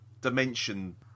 dimension